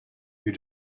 you